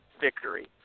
victory